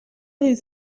his